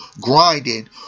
grinding